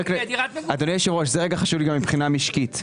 אדוני היושב-ראש, זהו רגע חשוב מבחינה משקית.